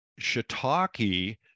Shiitake